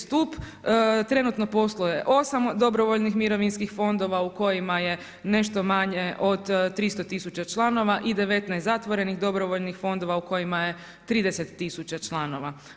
Stup trenutno posluje 8 dobrovoljnih mirovinskih fondova u kojima je nešto manje od 300 000 članova i 19 zatvorenih dobrovoljnih fondova u kojima je 30 000 članova.